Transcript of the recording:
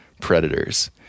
predators